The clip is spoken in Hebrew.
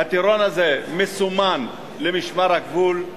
הטירון הזה מסומן למשמר הגבול.